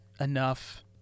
enough